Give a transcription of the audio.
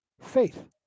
faith